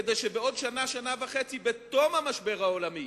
כדי שבעוד שנה, שנה וחצי, בתום המשבר העולמי,